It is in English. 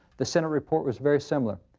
the senate report was very similar.